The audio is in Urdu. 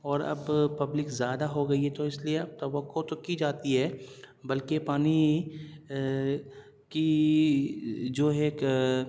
اور اب پبلک زیادہ ہو گئی ہے تو اس لیے توقع تو کی جاتی ہے بلکہ پانی کی جو ہے ایک